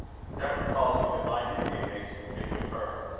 that recalls me to my duty, and makes me think of her.